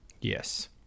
Yes